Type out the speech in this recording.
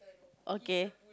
okay